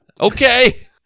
Okay